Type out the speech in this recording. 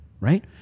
right